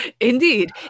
Indeed